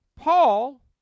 Paul